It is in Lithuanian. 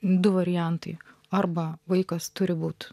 du variantai arba vaikas turi būti